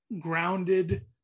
grounded